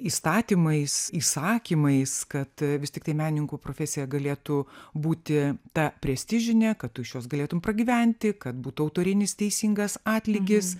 įstatymais įsakymais kad vis tiktai menininkų profesija galėtų būti ta prestižinė kad tu iš jos galėtum pragyventi kad būtų autorinis teisingas atlygis